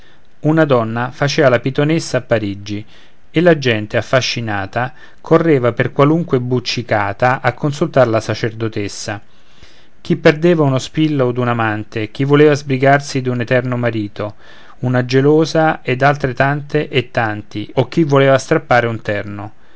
una donna facea la pitonessa a parigi e la gente affascinata correva per qualunque buccicata a consultare la sacerdotessa chi perdeva uno spillo od un amante chi voleva sbrigarsi d'un eterno marito una gelosa ed altre tante e tanti o chi volea strappare un terno